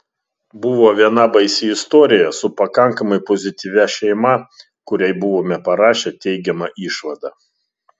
buvo viena baisi istorija su pakankamai pozityvia šeima kuriai buvome parašę teigiamą išvadą